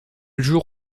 jour